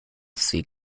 sea